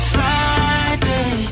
Friday